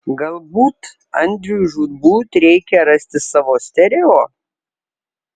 galbūt andriui žūtbūt reikia rasti savo stereo